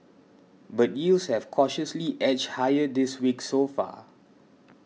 but yields have cautiously edged higher this week so far